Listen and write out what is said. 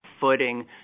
footing